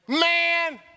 Man